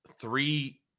three